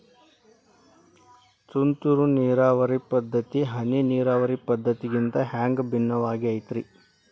ತುಂತುರು ನೇರಾವರಿ ಪದ್ಧತಿ, ಹನಿ ನೇರಾವರಿ ಪದ್ಧತಿಗಿಂತ ಹ್ಯಾಂಗ ಭಿನ್ನವಾಗಿ ಐತ್ರಿ?